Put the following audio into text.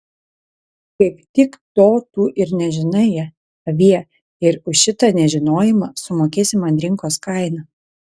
kaip tik to tu ir nežinai avie ir už šitą nežinojimą sumokėsi man rinkos kainą